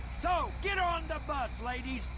so get on the bus ladies.